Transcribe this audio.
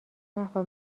نخور